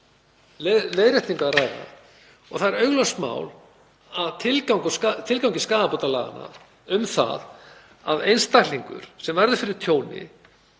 leiðréttingu að ræða. Það er augljóst mál að tilgangi skaðabótalaganna, um það að einstaklingur sem verður fyrir tjóni,